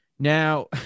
Now